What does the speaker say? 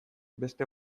beste